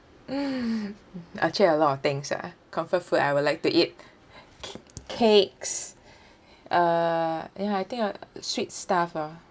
actually a lot of things ah comfort food I would like to eat c~ cakes uh ya I think I sweet stuff ah